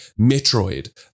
Metroid